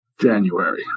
January